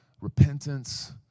repentance